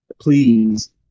Please